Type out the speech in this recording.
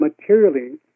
materially